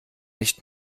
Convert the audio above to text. nicht